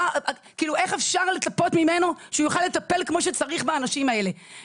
איך אפשר לצפות ממנו שהוא יוכל לטפל באנשים האלה כמו שצריך?